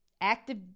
active